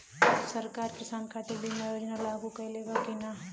सरकार किसान खातिर बीमा योजना लागू कईले बा की ना?